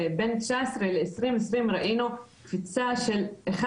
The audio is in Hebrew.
בין 2019 ל- 2020 ראינו קפיצה של 1%,